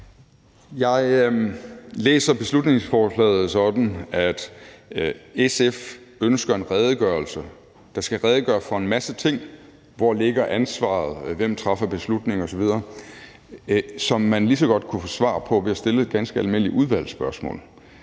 Jeg læser beslutningsforslaget sådan, at SF ønsker en redegørelse, der skal redegøre for en masse ting: Hvor ligger ansvaret? Hvem træffer beslutninger? Osv. Det kunne man lige så godt få svar på ved at stille et ganske almindeligt udvalgsspørgsmål,